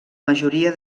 majoria